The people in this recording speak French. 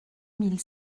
mille